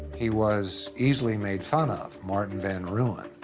he was easily made fun of, martin van ruin.